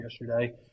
yesterday